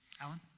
Alan